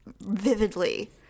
vividly